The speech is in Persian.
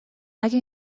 اگه